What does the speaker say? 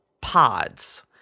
pods